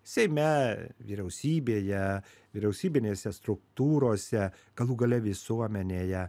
seime vyriausybėje vyriausybinėse struktūrose galų gale visuomenėje